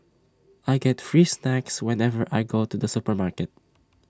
I get free snacks whenever I go to the supermarket